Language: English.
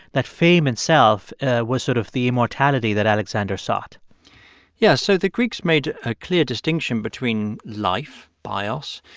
that fame itself was sort of the immortality that alexander sought yeah. so the greeks made a clear distinction between life, bios,